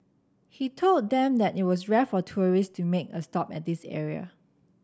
he told them that it was rare for tourists to make a stop at this area